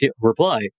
reply